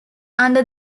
under